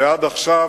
ועד עכשיו,